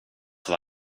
war